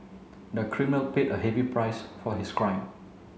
the criminal paid a heavy price for his crime